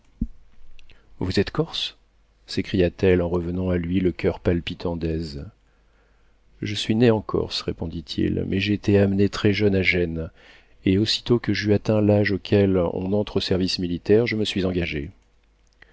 vous êtes corse s'écria-t-elle en revenant à lui le coeur palpitant d'aise je suis né en corse répondit-il mais j'ai été amené très-jeune à gênes et aussitôt que j'eus atteint l'âge auquel on entre au service militaire je me suis engagé